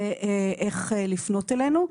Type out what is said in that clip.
ואיך לפנות אלינו.